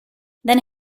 then